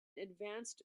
advanced